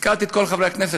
הזכרתי את כל חברי הכנסת,